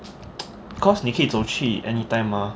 because 你可以走去 anytime mah